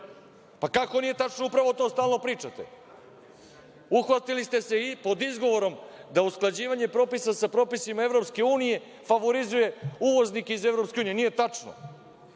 tačno.)Kako nije tačno? Upravo to stalno pričate. Uhvatili ste se i pod izgovorom da usklađivanje propisa sa propisima EU favorizuje uvoznike iz EU. Nije tačno.